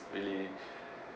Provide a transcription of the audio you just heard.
really